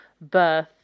birth